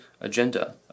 agenda